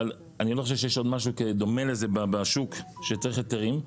אבל אני לא חושב שיש עוד משהו דומה לזה בשוק שצריך היתרים.